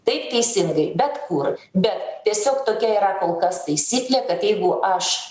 taip teisingai bet kur bet tiesiog tokia yra kol kas taisyklė kad jeigu aš